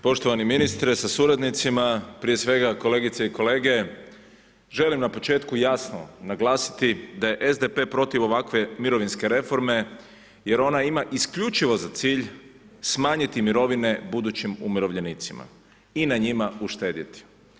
Poštovani ministre sa suradnicima, prije svega kolegice i kolege, želim na početku jasno naglasiti da je SDP protiv ovakve mirovinske reforme jer ona ima isključivo za cilj smanjiti mirovine budućim umirovljenicima i na njima uštedjeti.